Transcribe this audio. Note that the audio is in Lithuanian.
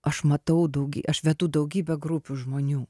aš matau daugy aš vedu daugybę grupių žmonių